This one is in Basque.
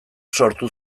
sortu